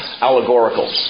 allegorical